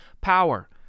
power